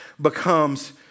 becomes